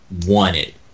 wanted